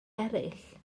eraill